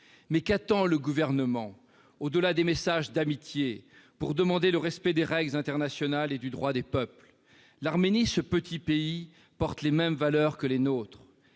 Mais qu'attend le Gouvernement, au-delà des messages d'amitié, pour demander le respect des règles internationales et du droit des peuples ? L'Arménie, ce petit pays, porte les mêmes valeurs que les nôtres.